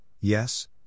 yes